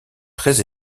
très